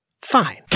Fine